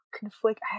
conflict